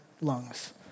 lungs